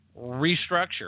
restructure